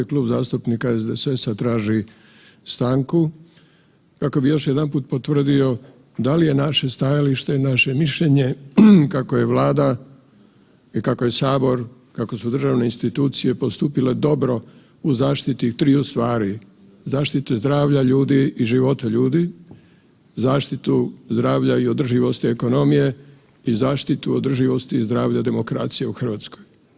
Klub zastupnika SDSS-a traži stanku kako bi još jedanput potvrdio da li je naše stajalište i naše mišljenje kako je Vlada i kako je Sabor, kako su državne institucije postupile dobro u zaštiti triju stvari, zaštiti zdravlja ljudi i života ljudi, zaštitu zdravlja i održivosti ekonomije i zaštiti održivosti i zdravlja demokracije u Hrvatskoj.